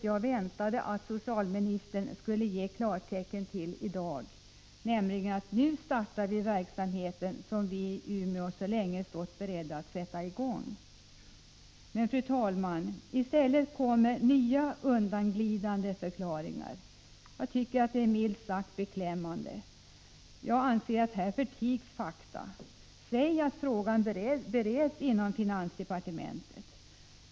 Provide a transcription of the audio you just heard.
Jag väntade att socialministern i dag skulle ge klartecken till att man kunde lämna följande besked: Nu startar vi verksamheten, som vi i Umeå så länge stått beredda att sätta i gång. Men i stället fru talman, kommer nya undanglidande förklaringar. Det är milt sagt beklämmande. Jag anser att fakta här förtigs. Säg att frågan bereds inom finansdepartementet!